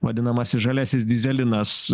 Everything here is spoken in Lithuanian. vadinamasis žaliasis dyzelinas